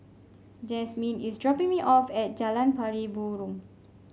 Jasmyn is dropping me off at Jalan Pari Burong